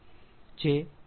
જે ∆T છે